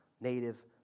native